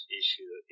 issue